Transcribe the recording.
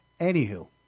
Anywho